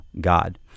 God